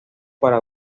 para